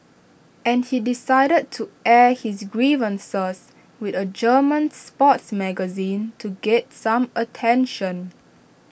and he decided to air his grievances with A German sports magazine to get some attention